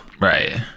right